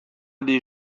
des